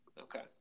Okay